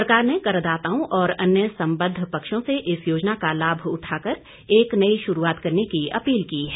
सरकार ने करदाताओं और अन्य सम्बद्ध पक्षों से इस योजना का लाभ उठाकर एक नयी शुरूआत करने की अपील की है